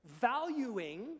valuing